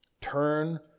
Turn